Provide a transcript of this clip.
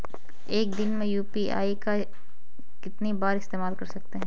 एक दिन में यू.पी.आई का कितनी बार इस्तेमाल कर सकते हैं?